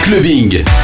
clubbing